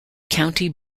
county